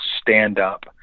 stand-up